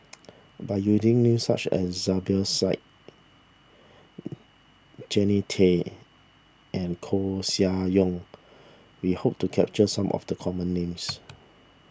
by using names such as Zubir Said Jannie Tay and Koeh Sia Yong we hope to capture some of the common names